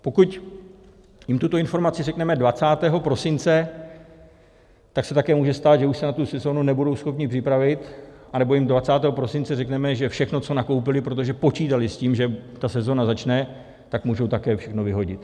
Pokud jim tuto informaci řekneme 20. prosince, tak se také může stát, že už se na tu sezónu nebudou schopni připravit, anebo jim 20. prosince řekneme, že všechno, co nakoupili, protože počítali s tím, že ta sezóna začne, tak můžou také všechno vyhodit.